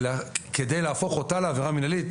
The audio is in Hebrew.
וכדי להפוך אותה לעבירה מינהלית,